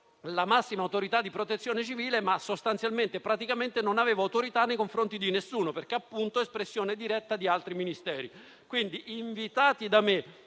la massima autorità di Protezione civile ma sostanzialmente non avevo autorità nei confronti di nessuno perché, appunto, ero espressione diretta di altri Ministeri - ho spiegato che,